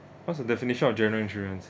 what's the definition of general insurance